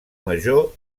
major